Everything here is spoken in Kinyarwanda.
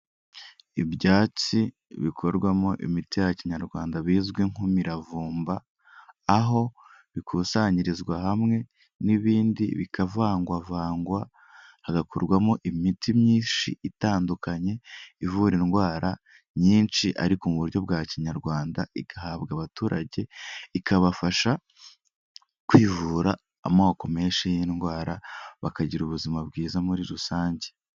Ibyatsi bikorwamo imiti ya kinyarwanda bizwi nk'imiravumba, aho bikusanyirizwa hamwe n'ibindi bikavangwavangwa hagakorwamo imiti myinshi itandukanye ivura indwara nyinshi ariko mu buryo bwa kinyarwanda, igahabwa abaturage ikabafasha kwivura amoko menshi y'indwara, bakagira ubuzima bwiza muri rusange.